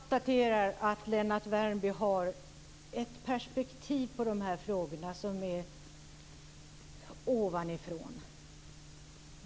Fru talman! Jag konstaterar bara att Lennart Värmby har ett perspektiv på de här frågorna som är ovanifrån.